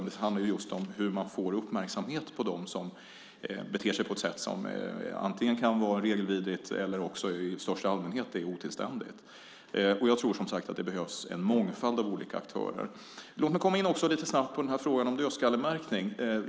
Det handlar just om hur det blir uppmärksamhet på dem som beter sig på ett regelvidrigt sätt eller på något som i största allmänhet är otillständigt. Jag tror att det behövs en mångfald olika aktörer. Låt mig snabbt komma in på frågan om dödskallemärkning.